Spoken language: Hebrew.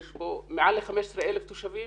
יש בו מעל ל-15,000 תושבים